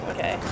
Okay